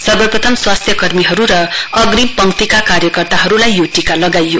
सर्वप्रथम स्वास्थ्य कर्मीहरू र अग्रिम पंक्तिका कार्यकर्ताहरूलाई यो टीका लगाइयो